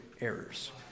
errors